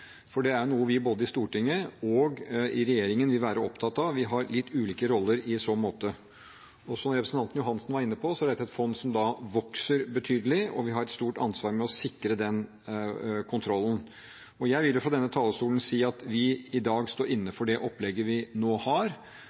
for det er noe vi både i Stortinget og i regjeringen vil være opptatt av – vi har litt ulike roller i så måte. Som representanten Johansen var inne på, er dette et fond som vokser betydelig, og vi har et stort ansvar for å sikre den kontrollen. Jeg vil fra denne talerstolen si at vi i dag står inne for det opplegget vi nå har,